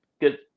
good